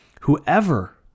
whoever